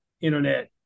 internet